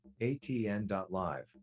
ATN.Live